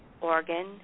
organ